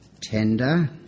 tender